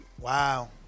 Wow